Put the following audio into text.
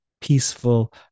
Peaceful